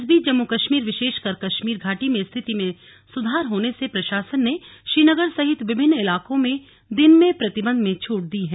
इस बीच जम्मू कश्मीर विशेषकर कश्मीर घाटी में स्थिति में सुधार होने से प्रशासन ने श्रीनगर सहित विभिन्न इलाकों में दिन में प्रतिबंध में छूट दी है